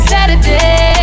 Saturday